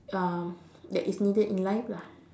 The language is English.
um that is needed in life lah